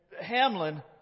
Hamlin